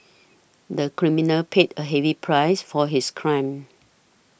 the criminal paid a heavy price for his crime